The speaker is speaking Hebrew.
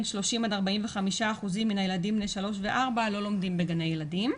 30% עד 45% מן הילדים בני 3 ו-4 לא לומדים בגני ילדים.